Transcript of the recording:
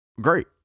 Great